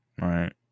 Right